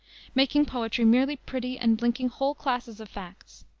making poetry merely pretty and blinking whole classes of facts.